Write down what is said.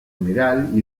general